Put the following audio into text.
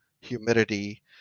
humidity